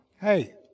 hey